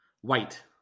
White